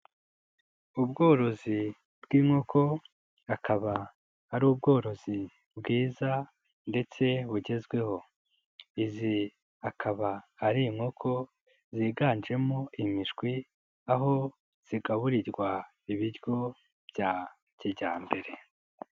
Ubworozi bw'inkoko akaba ari ubworozi bwiza ndetse bugezweho, zi akaba ari inkoko ziganjemo imishwi aho zigaburirwa ibiryo bya kijyambere.